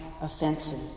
offensive